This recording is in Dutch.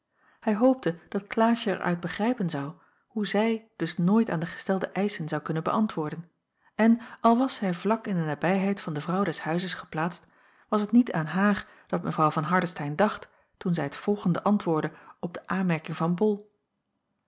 hij hoopte dat klaasje er uit begrijpen zou hoe zij dus nooit aan de gestelde eischen zou kunnen beäntwoorden en al was zij vlak in de nabijheid van de vrouw des huizes geplaatst was t niet aan haar dat mw van hardestein dacht toen zij het volgende antwoordde op de aanmerking van bol